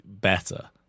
better